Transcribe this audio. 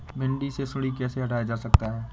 भिंडी से सुंडी कैसे हटाया जा सकता है?